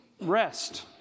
rest